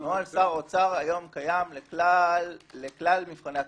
נוהל שר אוצר היום לכלל מבחני התמיכות,